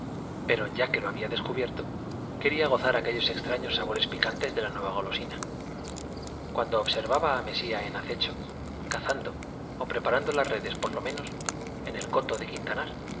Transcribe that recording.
pero ya que lo había descubierto quería gozar aquellos extraños sabores picantes de la nueva golosina cuando observaba a mesía en acecho cazando o preparando las redes por lo menos en el coto de quintanar